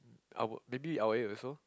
I would maybe I will eight also